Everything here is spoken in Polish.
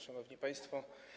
Szanowni Państwo!